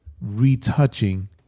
retouching